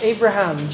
Abraham